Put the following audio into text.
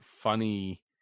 funny